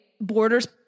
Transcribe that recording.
borders